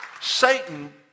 Satan